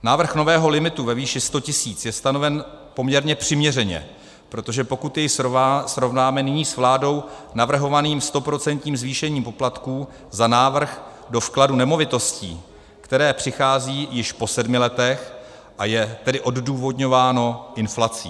Návrh nového limitu ve výši 100 tisíc je stanoven poměrně přiměřeně, pokud jej srovnáme nyní s vládou navrhovaným stoprocentním zvýšením poplatků za návrh do vkladu nemovitostí, které přichází již po sedmi letech, a je tedy odůvodňováno inflací.